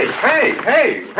hey,